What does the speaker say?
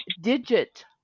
digit